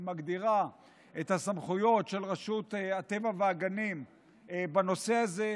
היא מגדירה את הסמכויות של רשות הטבע והגנים בנושא הזה.